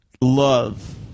love